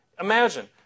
imagine